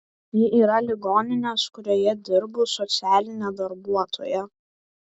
ji yra ligoninės kurioje dirbu socialinė darbuotoja